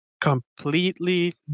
completely